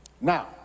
Now